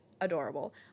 adorable